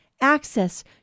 access